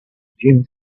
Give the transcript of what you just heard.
jim